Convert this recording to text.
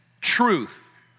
truth